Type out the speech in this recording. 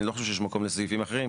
אני לא חושב שיש מקום לסעיפים אחרים,